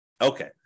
okay